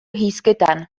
hizketan